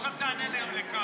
עכשיו תענה לקרעי,